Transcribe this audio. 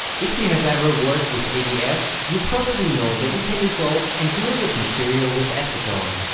if you have ever worked with abs you probably know that you can dissolve and glue this material with acetone.